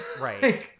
Right